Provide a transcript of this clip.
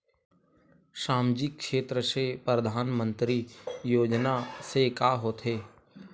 सामजिक क्षेत्र से परधानमंतरी योजना से का होथे?